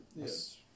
yes